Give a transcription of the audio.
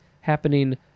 happening